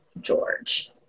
George